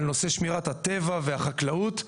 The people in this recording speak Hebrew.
על נושא שמירת הטבע והחקלאות.